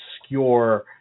obscure